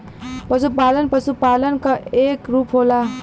पसुपालन पसुपालन क एक रूप होला